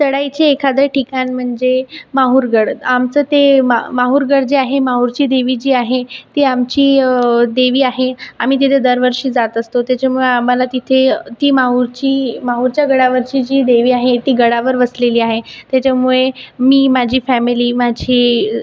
चढाईचे एखादे ठिकाण म्हणजे माहुरगड आमचं ते मा माहुरगड जे आहे माहुरची देवी जी आहे ती आमची देवी आहे आम्ही दर वर्षी जात असतो त्याच्यामुळे आम्हाला तिथे ती माहुरची माहुरच्या गडावरची जी देवी आहे ती गडावर वसलेली आहे त्याच्यामुळे मी माझी फॅमिली माझे